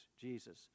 Jesus